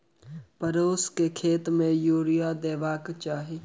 परोर केँ खेत मे यूरिया देबाक चही?